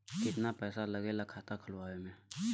कितना पैसा लागेला खाता खोलवावे में?